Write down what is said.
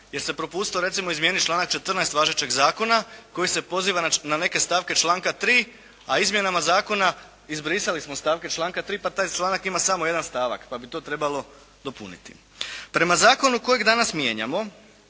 jer se propustilo recimo izmijeniti članak 14. važećeg zakona koji se poziva na neke stavke članka 3., a izmjenama zakona izbrisali smo stavke članka 3. pa taj članak ima samo jedan stavak, pa bi to trebalo dopuniti. Prema zakonu kojeg danas mijenjamo